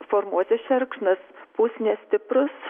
formuosis šerkšnas pūs nestiprus